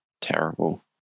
terrible